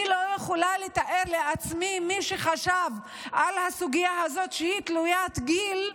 אני לא יכולה לתאר לעצמי מה חשבו על הסוגיה הזאת שהיא תלוית גיל,